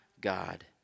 God